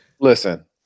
Listen